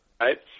Right